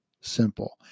simple